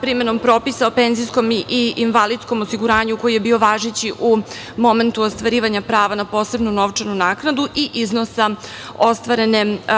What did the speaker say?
primenom propisa o penzijskom i invalidskom osiguranju koji je bio važeći u momentu ostvarivanja prava na posebnu novčanu naknadu i iznosa ostvarene prevremene